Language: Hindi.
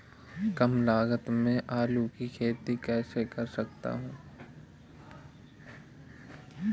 कम लागत में आलू की खेती कैसे कर सकता हूँ?